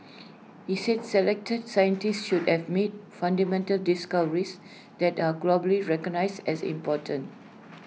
he said selected scientists should have made fundamental discoveries that are globally recognised as important